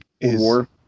War